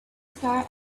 star